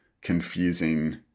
confusing